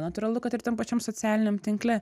natūralu kad ir tam pačiam socialiniam tinkle